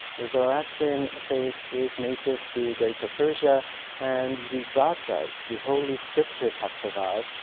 the zoroastrian faith is native to greater persia and the gathas, the holy scriptures have survived.